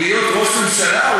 להיות ראש ממשלה,